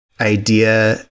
idea